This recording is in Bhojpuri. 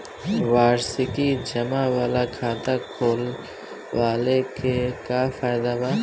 वार्षिकी जमा वाला खाता खोलवावे के का फायदा बा?